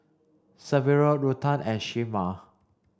Severo Ruthann and Shemar